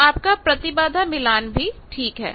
तो आपका प्रतिबाधा मिलान भी ठीक है